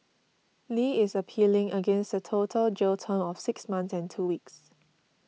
Li is appealing against the total jail term of six months and two weeks